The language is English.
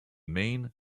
main